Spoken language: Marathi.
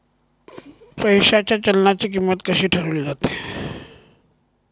पैशाच्या चलनाची किंमत कशी ठरवली जाते